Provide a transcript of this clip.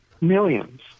Millions